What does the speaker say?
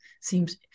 seems